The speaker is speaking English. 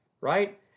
right